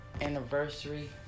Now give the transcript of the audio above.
Anniversary